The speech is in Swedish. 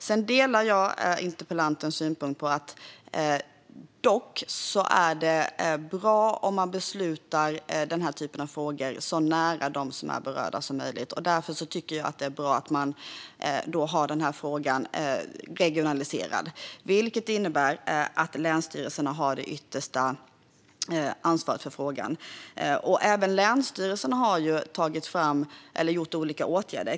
Jag delar vidare interpellantens synpunkt att det är bra om beslut i den här typen av frågor fattas så nära de berörda som möjligt. Därför tycker jag att det är bra att denna fråga är regionaliserad, vilket innebär att länsstyrelserna har det yttersta ansvaret. Även länsstyrelserna har tagit fram och vidtagit olika åtgärder.